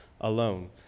alone